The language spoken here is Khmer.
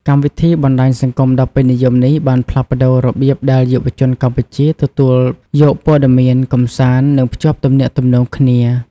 កម្មវិធីបណ្ដាញសង្គមដ៏ពេញនិយមនេះបានផ្លាស់ប្ដូររបៀបដែលយុវជនកម្ពុជាទទួលយកព័ត៌មាន កម្សាន្ត និងភ្ជាប់ទំនាក់ទំនងគ្នា។